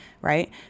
Right